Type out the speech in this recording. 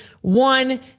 one